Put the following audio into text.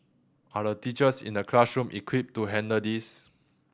are the teachers in the classroom equipped to handle this